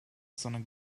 sondern